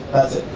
that's it.